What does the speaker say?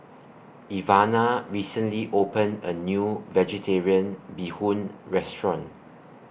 Ivana recently opened A New Vegetarian Bee Hoon Restaurant